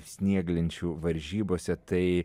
snieglenčių varžybose tai